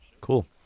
Cool